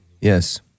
Yes